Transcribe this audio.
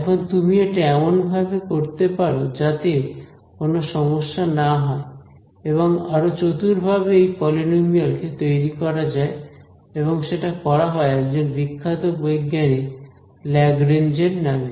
এখন তুমি এটা এমন ভাবে করতে পারো যাতে কোনো সমস্যা না হয় এবং আরো চতুরভাবে এই পলিনোমিয়াল কে তৈরি করা যায় এবং সেটা করা হয় একজন বিখ্যাত বৈজ্ঞানিক ল্যাগরেঞ্জের নামে